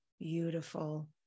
beautiful